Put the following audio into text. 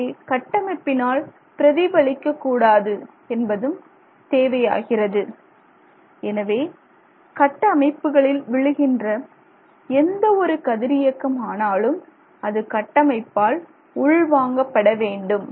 அவை கட்டமைப்பினால் பிரதிபலிக்க கூடாது என்பதும் தேவையாகிறது எனவே கட்டமைப்புகளில் விழுகின்ற எந்த ஒரு கதிரியக்கம் ஆனாலும் அது கட்டமைப்பால் உள்வாங்கப்பட வேண்டும்